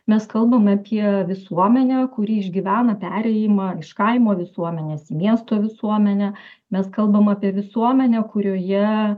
mes kalbame apie visuomenę kuri išgyvena perėjimą iš kaimo visuomenės į miesto visuomenę mes kalbam apie visuomenę kurioje